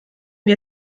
wir